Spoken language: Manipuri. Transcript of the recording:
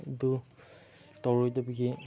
ꯑꯗꯨ ꯇꯧꯔꯣꯏꯗꯕꯒꯤ